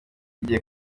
igiye